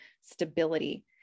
stability